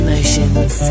Emotions